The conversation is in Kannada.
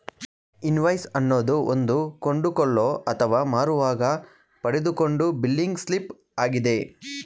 ಇನ್ವಾಯ್ಸ್ ಅನ್ನೋದು ಒಂದು ಕೊಂಡುಕೊಳ್ಳೋ ಅಥವಾ ಮಾರುವಾಗ ಪಡೆದುಕೊಂಡ ಬಿಲ್ಲಿಂಗ್ ಸ್ಲಿಪ್ ಆಗಿದೆ